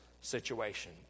situation